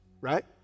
right